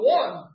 one